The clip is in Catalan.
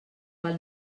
pel